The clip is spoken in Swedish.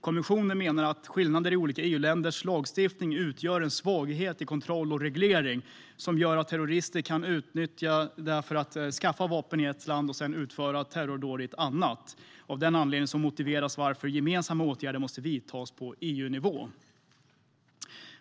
Kommissionen menar att skillnader i olika EU-länders lagstiftning utgör en svaghet i kontroll och reglering som terrorister kan utnyttja för att skaffa vapen i ett land och sedan utföra terrordåd i ett annat. Av den anledningen motiveras varför gemensamma åtgärder måste vidtas på EU-nivå.